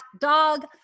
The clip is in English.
dog